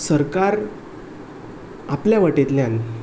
सरकार आपले वाटेंतल्यान